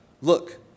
Look